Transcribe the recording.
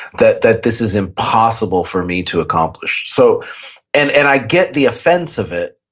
that that this is impossible for me to accomplish. so and and i get the offense of it.